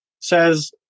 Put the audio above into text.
says